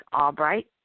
Albright